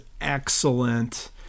excellent